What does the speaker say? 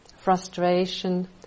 frustration